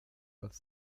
als